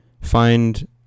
find